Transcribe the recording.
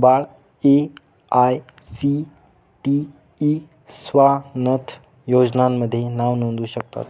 बाळं ए.आय.सी.टी.ई स्वानथ योजनेमध्ये नाव नोंदवू शकतात